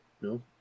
No